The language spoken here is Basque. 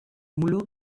mulo